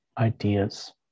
ideas